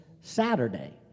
Saturday